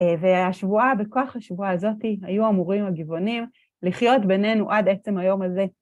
והשבועה, בכוח השבועה הזאת, היו אמורים הגבעונים לחיות בינינו עד עצם היום הזה.